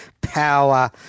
Power